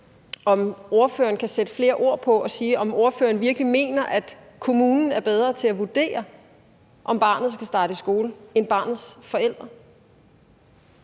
om ordføreren kan sætte flere ord på det, for mener ordføreren virkelig, at kommunen er bedre til at vurdere, om barnet skal starte i skole, end barnets forældre?